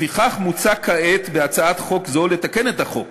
לפיכך מוצע כעת בהצעת חוק זו לתקן את החוק